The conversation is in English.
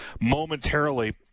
momentarily